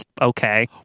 okay